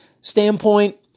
standpoint